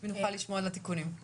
ונוכל לשמוע על התיקונים.